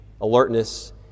alertness